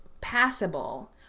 passable